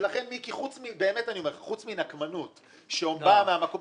ולכן מיקי, חוץ מנקמנות שממש